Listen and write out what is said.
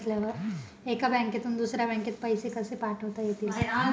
एका बँकेतून दुसऱ्या बँकेत पैसे कसे पाठवता येतील?